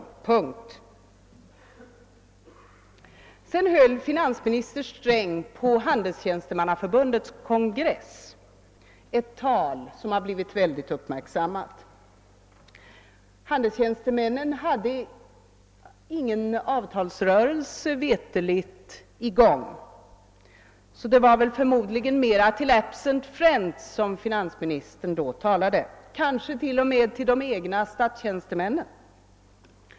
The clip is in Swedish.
Punkt och slut. Finansminister Sträng höll på Handelstjänstemannaförbundets kongress ett tal som har blivit mycket uppmärksammat. För handelstjänstemännen pågick veterligen ingen avtalsrörelse. Det var därför förmodligen mera till absent friends som finansministern då talade, kanske t.o.m. till de egna statstjänstemännen.